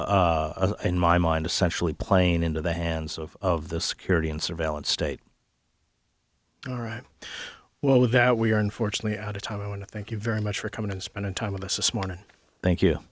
for in my mind essentially playing into the hands of of the security and surveillance state all right well with that we are unfortunately out of time i want to thank you very much for coming and spending time with us this morning thank you